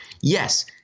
Yes